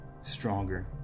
stronger